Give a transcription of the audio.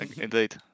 indeed